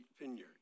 vineyard